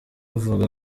avuga